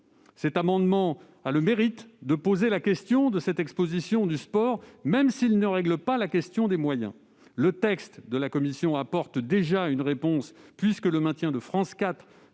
Cet amendement a le mérite de poser la question de l'exposition du sport, même s'il ne règle pas la question des moyens. Le texte de la commission apporte déjà une réponse, puisque le maintien de France 4,